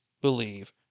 believe